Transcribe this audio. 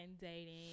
dating